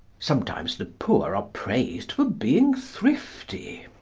sometimes the poor are praised for being thrifty.